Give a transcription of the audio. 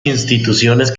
instituciones